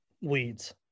weeds